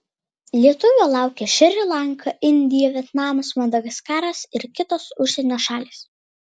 lietuvio laukia šri lanka indija vietnamas madagaskaras ir kitos užsienio šalys